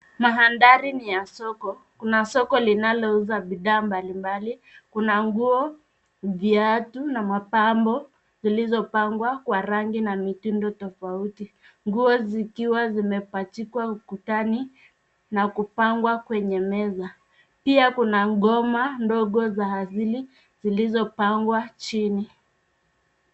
Mandhari ni ya soko. Kuna soko linalouza bidaa mbalimbali. Kuna nguo, viatu na mapambo zilizopangwa kwa rangi na mitindo tofauti. Nguo zikiwa zimepachikwa ukutani na kupangwa kwenye meza. Pia kuna ngoma ndogo za asili zilizopangwa chini.